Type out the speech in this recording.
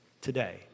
today